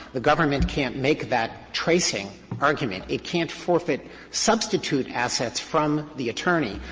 the government can't make that tracing argument. it can't forfeit substitute assets from the attorney,